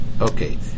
okay